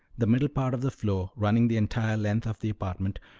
the middle part of the floor, running the entire length of the apartment,